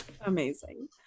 Amazing